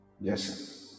Yes